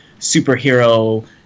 superhero